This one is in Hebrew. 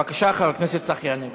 בבקשה, חבר הכנסת צחי הנגבי.